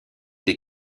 des